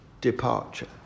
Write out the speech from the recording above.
departure